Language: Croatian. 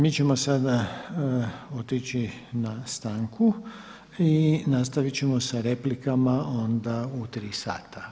Mi ćemo sada otići na stanku i nastaviti ćemo sa replikama onda u 3 sata.